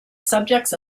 subjects